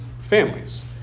families